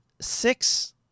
six